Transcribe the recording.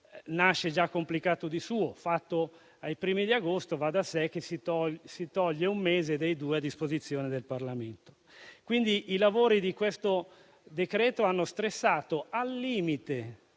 nasce già complicato di suo; è stato adottato ai primi di agosto e va da sé che si toglie un mese dei due a disposizione del Parlamento. I lavori su questo decreto-legge hanno stressato al limite